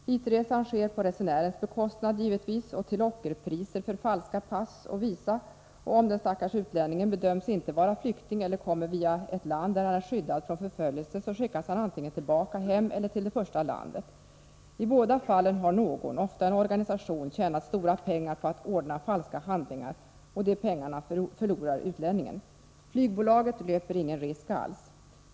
Hitresan sker givetvis på resenärens bekostnad — med ockerpriser för falska pass och visa — och om den stackars utlänningen inte bedöms vara flykting eller kommer via ett land där han är skyddad från förföljelse, skickas han antingen tillbaka hem eller till det förra landet. I båda fallen har någon — ofta en organisation — tjänat stora pengar på att ordna falska handlingar, och de pengarna förlorar utlänningen. Flygbolaget löper ingen risk alls.